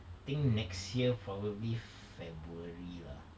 think next year probably february lah